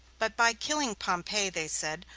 but by killing pompey, they said,